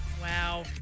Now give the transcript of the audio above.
Wow